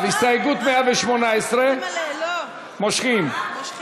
59 מתנגדים, 46 בעד.